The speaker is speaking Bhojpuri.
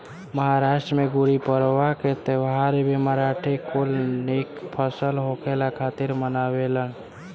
महाराष्ट्र में गुड़ीपड़वा के त्यौहार भी मराठी कुल निक फसल होखला खातिर मनावेलन